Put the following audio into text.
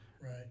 Right